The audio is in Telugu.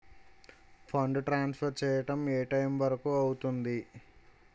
ఫండ్ ట్రాన్సఫర్ చేయడం ఏ టైం వరుకు అవుతుంది?